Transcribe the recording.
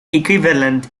equivalent